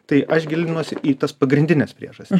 tai aš gilinuosi į tas pagrindines priežastis